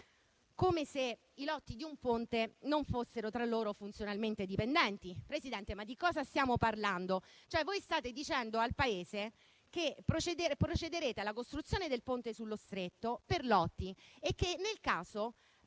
come se i lotti di un ponte non fossero tra loro funzionalmente dipendenti. Presidente, ma di cosa stiamo parlando? Voi state dicendo al Paese che procederete alla costruzione del Ponte sullo Stretto per lotti. Dite anche